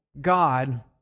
God